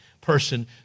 person